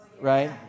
right